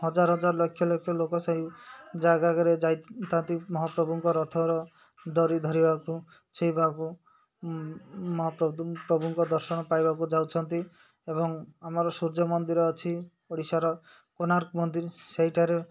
ହଜାର ହଜାର ଲକ୍ଷ ଲକ୍ଷ ଲୋକ ସେଇ ଜାଗାରେ ଯାଇଥାନ୍ତି ମହାପ୍ରଭୁଙ୍କ ରଥର ଦରି ଧରିବାକୁ ଛୁଇଁବାକୁ ମହାପ୍ରଭୁ ପ୍ରଭୁଙ୍କ ଦର୍ଶନ ପାଇବାକୁ ଯାଉଛନ୍ତି ଏବଂ ଆମର ସୂର୍ଯ୍ୟ ମନ୍ଦିର ଅଛି ଓଡ଼ିଶାର କୋଣାର୍କ ମନ୍ଦିର ସେଇଠାରେ